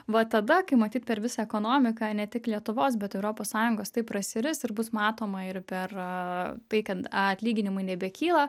va tada kai matyt per visą ekonomiką ne tik lietuvos bet europos sąjungos taip prasiris ir bus matoma ir per tai kad atlyginimai nebekyla